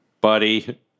buddy